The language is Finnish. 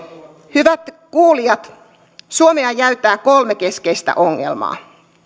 hyvät kuulijat suomea jäytää kolme keskeistä ongelmaa